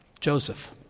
Joseph